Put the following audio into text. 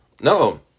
No